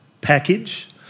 package